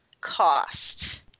cost